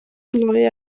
glou